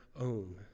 own